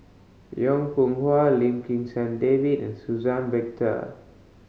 Yong Pung How Lim Kim San David and Suzann Victor